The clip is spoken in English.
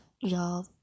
Y'all